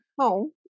home